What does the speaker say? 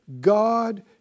God